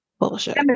Bullshit